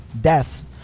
death